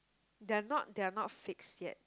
they are not they are not fixed yet